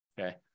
okay